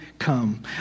come